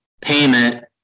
payment